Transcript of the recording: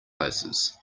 places